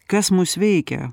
kas mus veikia